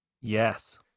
Yes